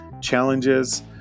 challenges